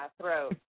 throat